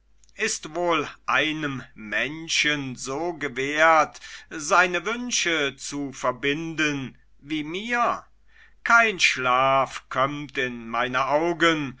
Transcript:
ist wohl einem menschen so gewährt seine wünsche zu verbinden wie mir kein schlaf kömmt in meine augen